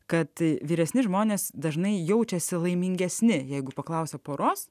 kad vyresni žmonės dažnai jaučiasi laimingesni jeigu paklausia poros